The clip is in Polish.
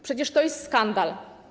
Przecież to jest skandal.